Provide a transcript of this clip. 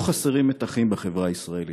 לא חסרים מתחים בחברה הישראלית.